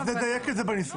אוקיי, אז נדייק את זה בניסוח.